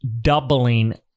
doubling